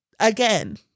Again